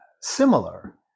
Similar